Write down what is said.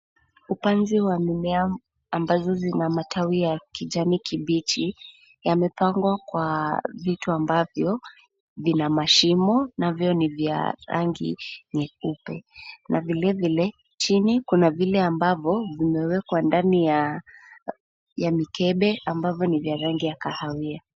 Upanzi wa mimea ambazo zina matawi ya kijani kibichi, yamepangwa kwa vitu ambavyo vina mashimo, navyo ni vya rangi nyeupe. Na vilevile, chini, kuna vile ambavyo, vimewekwa ndani ya mikebe, ambavyo ni vya rangi ya kahawia.